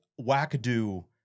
wackadoo